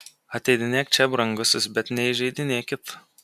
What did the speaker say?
ateidinėk čia brangusis bet neįžeidinėkit